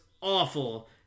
awful